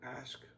ask